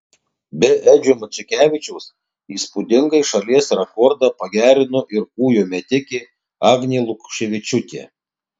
be edžio matusevičiaus įspūdingai šalies rekordą pagerino ir kūjo metikė agnė lukoševičiūtė